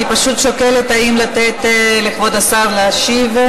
אני פשוט שוקלת אם לתת לכבוד השר להשיב.